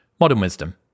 modernwisdom